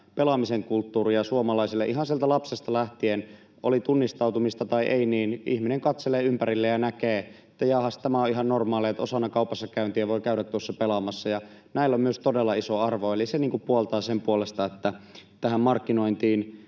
pelaamisen kulttuuria suomalaisille ihan sieltä lapsesta lähtien. Oli tunnistautumista tai ei, niin ihminen katselee ympärilleen ja näkee, että jaahas, tämä on ihan normaalia, että osana kaupassakäyntiä voi käydä tuossa pelaamassa. Myös näillä on todella iso arvo. Eli se puhuu sen puolesta, että tähän markkinointiin